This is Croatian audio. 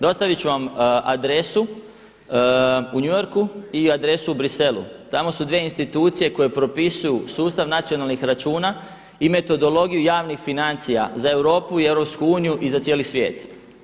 Dostavit ću vam adresu u New Yorku i adresu u Bruxellesu, tamo su dvije institucije koje propisuju sustav nacionalnih računa i metodologiju javnih financija za Europu i za EU i za cijeli svijet.